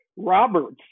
Roberts